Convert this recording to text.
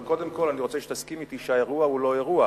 אבל קודם כול אני רוצה שתסכים אתי שהאירוע הוא לא-אירוע,